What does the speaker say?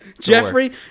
Jeffrey